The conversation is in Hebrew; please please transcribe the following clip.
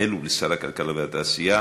האלה בשם שר הכלכלה והתעשייה.